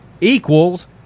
equals